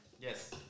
Yes